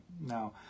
Now